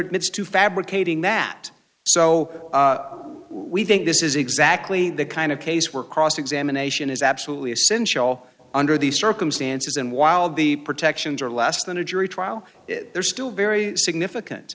admits to fabricating that so we think this is exactly the kind of case where cross examination is absolutely essential under these circumstances and while the protections are less than a jury trial they're still very significant